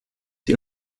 sie